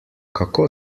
kako